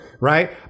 right